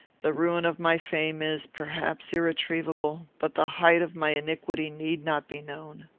the ruin of my fame is, perhaps, irretrievable but the height of my iniquity need not be known.